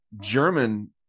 German